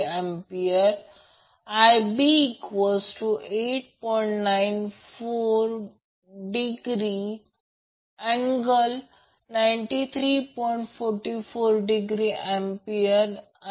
तर त्याचा अर्थ असा की येथे फेझर आकृतीमध्ये हा Vab आहे हा VAN आहे आणि ने लॅग करतो आणि हा Vbc आहे Vab आणि Vbc मधील अँगल 120° आहे हे माहित आहे